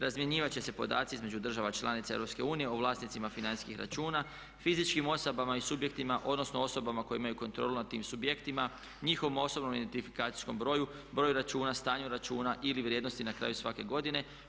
Razmjenjivat će se podaci između država članica EU o vlasnicima financijskih računa, fizičkim osobama i subjektima, odnosno osobama koji imaju kontrolu nad tim subjektima, njihovom osobnom identifikacijskom broju, broju računa, stanju računa ili vrijednosti na kraju svake godine.